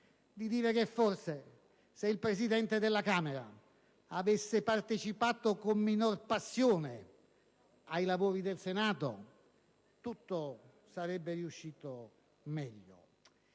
di dire che, forse, se il Presidente della Camera avesse partecipato con minor passione ai lavori del Senato, tutto sarebbe riuscito meglio.